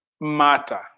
matter